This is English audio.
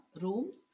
rooms